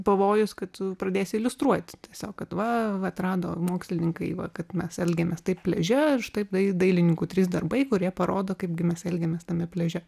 pavojus kad tu pradėsi iliustruoti tiesiog kad va atrado mokslininkai va kad mes elgiamės taip pliaže ir štai taip dailininkų trys darbai kurie parodo kaip gi mes elgiamės tame pliaže